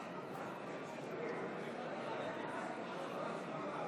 57, אין נמנעים.